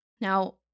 Now